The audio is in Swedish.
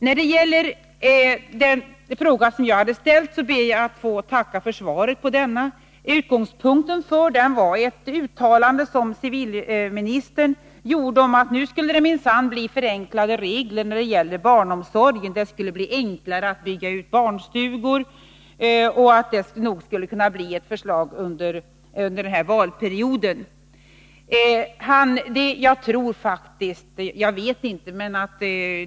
När det gäller den fråga som jag hade ställt ber jag att få tacka för svaret. Utgångspunkten för frågan var ett uttalande som civilministern gjorde om att nu skulle det minsann bli förenklade regler beträffande barnomsorgen. Det skulle bli enklare att bygga ut barnstugor. Ett förslag skulle nog komma under den här valperioden.